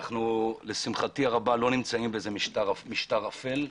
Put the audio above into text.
לשמחתי הרבה, אנו לא נמצאים במשטר אפל.